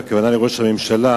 והכוונה היא לראש הממשלה.